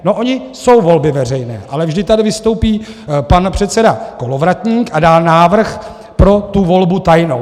No ony jsou volby veřejné, ale vždy tady vystoupí pan předseda Kolovratník a dá návrh pro tu volbu tajnou.